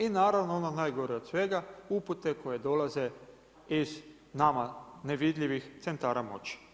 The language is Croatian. I naravno, ono najgore od svega upute koje dolaze iz nama, nevidljivih centara moći.